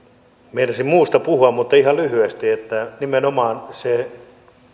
meinasin muusta puhua mutta ihan lyhyesti nimenomaan se